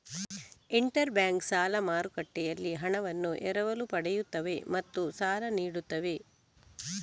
inter bank ಸಾಲ ಮಾರುಕಟ್ಟೆಯಲ್ಲಿ ಹಣವನ್ನು ಎರವಲು ಪಡೆಯುತ್ತವೆ ಮತ್ತು ಸಾಲ ನೀಡುತ್ತವೆ